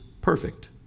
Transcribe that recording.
perfect